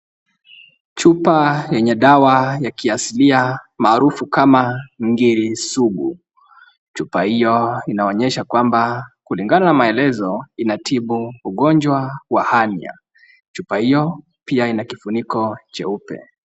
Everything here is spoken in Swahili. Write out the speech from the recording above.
Chupa yenye dawa ya kiasilia maarufu kama ngiri sugu, chupa hiyo inaonyesha kwamba kulingana na maelezo inatibu ugonjwa wa hernia , chupa hiyo pia ina kifuniko cheupe.